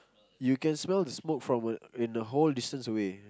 you can smell the smoke from a in the whole distance away